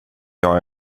jag